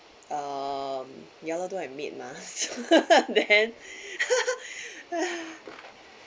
um ya lor don't have maid mah then